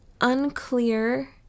unclear